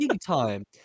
time